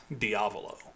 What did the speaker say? Diavolo